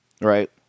right